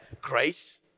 grace